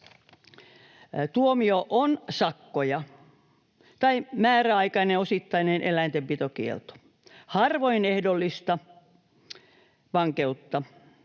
tuomio on sakkoja tai määräaikainen, osittainen eläintenpitokielto. Harvoin ehdollista vankeutta,